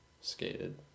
skated